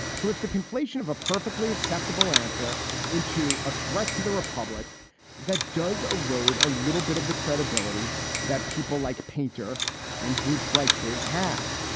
so it's the conflation of a perfectly acceptable answer into a threat to the republic that does a road, a little bit of the credibility that people like painter and groups like his have.